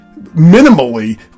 minimally